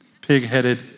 pig-headed